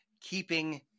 keeping –